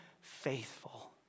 faithful